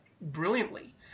brilliantly